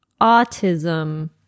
autism